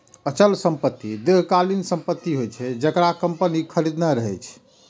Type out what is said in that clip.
अचल संपत्ति दीर्घकालीन संपत्ति होइ छै, जेकरा कंपनी खरीदने रहै छै